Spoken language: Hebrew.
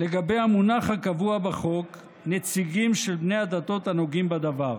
לגבי המונח הקבוע בחוק 'נציגים של בני הדתות הנוגעים בדבר'.